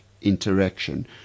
interaction